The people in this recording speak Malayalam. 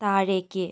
താഴേക്ക്